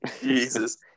Jesus